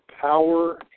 Power